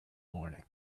morning